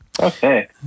Okay